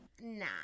Nah